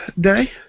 day